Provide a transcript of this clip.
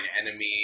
enemy